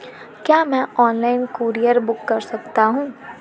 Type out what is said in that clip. क्या मैं online courier book कर सकता हूँ?